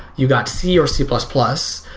you've got c or c plus plus,